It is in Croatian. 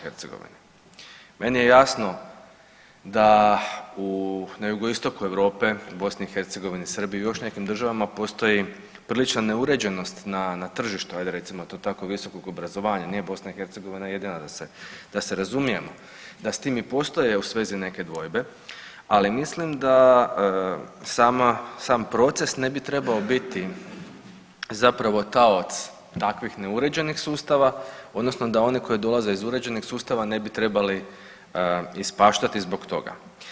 Meni je jasno da na jugoistoku Europe u BiH, Srbiji i još nekim državama postoji prilična neuređenost na, na tržištu ajde recimo to tako visokog obrazovanja, nije BiH jedina da se, da se razumijemo, da s tim i postoje u svezi neke dvojbe, ali mislim da sama, sam proces ne bi trebao biti zapravo taoc takvih neuređenih sustava odnosno da oni koji dolaze iz uređenih sustava ne bi trebali ispaštati zbog toga.